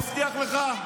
מבטיח לך,